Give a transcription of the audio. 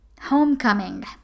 homecoming